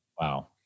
Wow